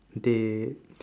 they